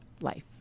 life